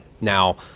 Now